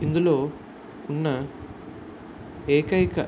ఇందులో ఉన్న ఏకైక